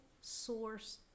source